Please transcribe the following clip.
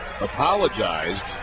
apologized